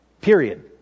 Period